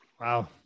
Wow